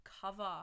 cover